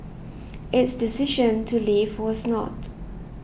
its decision to leave was not